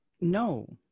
No